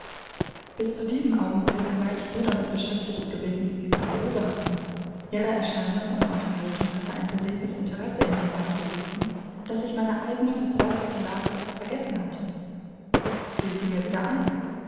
bis zu diesem augenblick war ich so damit beschäftigt gewesen sie zu beobachten ihre erscheinung und unterhaltung hatte ein so reges interesse in mir wachgerufen daß ich meine eigene verzweifelte lage fast vergessen hatte jetzt fiel sie mir wieder ein